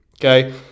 okay